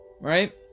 Right